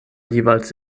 jeweils